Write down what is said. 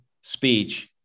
speech